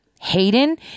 Hayden